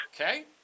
Okay